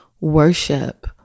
worship